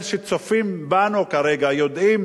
שצופים בנו כרגע יודעים